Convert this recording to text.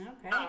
Okay